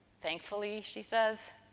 thankfully she says,